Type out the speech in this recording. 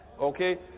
okay